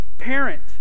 Parent